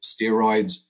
steroids